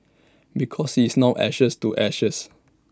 because he is now ashes to ashes